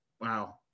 wow